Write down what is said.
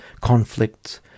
conflicts